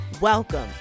Welcome